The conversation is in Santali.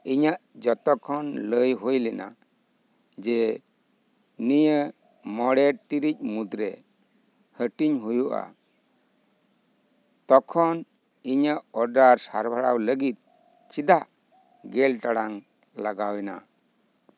ᱤᱧᱟᱹᱜ ᱡᱷᱚᱛᱚ ᱠᱷᱚᱱ ᱞᱟᱹᱭ ᱦᱳᱭ ᱞᱮᱱᱟ ᱡᱮ ᱱᱤᱭᱟᱹ ᱢᱚᱬᱮ ᱴᱤᱲᱤᱡ ᱢᱩᱫᱽ ᱨᱮ ᱦᱟᱴᱤᱧ ᱦᱳᱭᱳᱜᱼᱟ ᱛᱚᱠᱷᱚᱱ ᱤᱧᱟᱹᱜ ᱚᱨᱰᱟᱨ ᱥᱟᱨᱵᱷᱟᱨ ᱞᱟᱜᱤᱫ ᱪᱮᱫᱟᱜ ᱜᱮᱞ ᱴᱟᱲᱟᱝ ᱞᱟᱜᱟᱣ ᱮᱱᱟ